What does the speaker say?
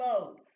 mode